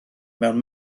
mewn